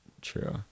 True